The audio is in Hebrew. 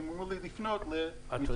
הם אמרו לי לפנות למשרד